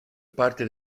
parte